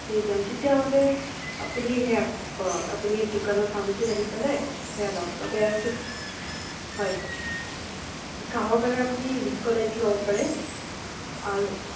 medium তেতিয়াহ'লে আপুনি সেয়া কৰক আপুনি দোকানত ফাৰ্মাচিত আহি পেলাই সেইয়া লওক পেৰাচিত হয় কাহৰ কাৰণে আপুনি ভিস্কোডাইনটো ল'ব পাৰে আৰু